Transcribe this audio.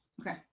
Okay